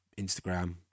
Instagram